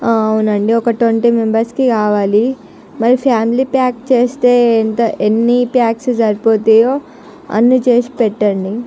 అవునండి ఒక ట్వంటీ మెంబర్స్కు కావాలి మళ్ళీ ఫ్యామిలీ ప్యాక్ చేస్తే ఎంత ఎన్ని ప్యాక్స్ సరిపోతాయో అన్ని చేసి పెట్టండి